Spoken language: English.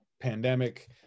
pandemic